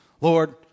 Lord